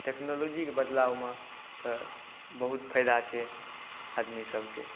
टेक्नोलॉजीके बदलावमे तऽ बहुत फाइदा छै आदमीसबके